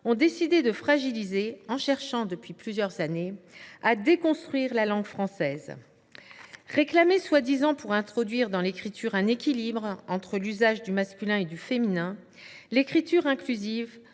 ont décidé de fragiliser en cherchant, depuis plusieurs années, à déconstruire la langue française. Réclamée prétendument pour introduire dans l’écriture un équilibre entre l’usage du masculin et du féminin, l’écriture inclusive